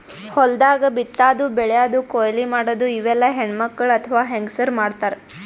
ಹೊಲ್ದಾಗ ಬಿತ್ತಾದು ಬೆಳ್ಯಾದು ಕೊಯ್ಲಿ ಮಾಡದು ಇವೆಲ್ಲ ಹೆಣ್ಣ್ಮಕ್ಕಳ್ ಅಥವಾ ಹೆಂಗಸರ್ ಮಾಡ್ತಾರ್